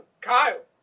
Kyle